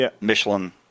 Michelin